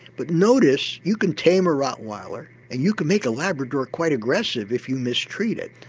but notice, you can tame a rottweiler and you can make a labrador quite aggressive if you mistreat it.